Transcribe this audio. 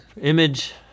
image